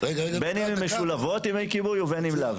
בין אם הן משולבות עם מי כיבוי ובין אם לא.